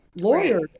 lawyers